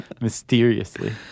mysteriously